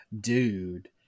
Dude